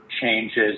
changes